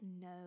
no